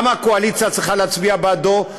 גם הקואליציה צריכה להצביע בעדו.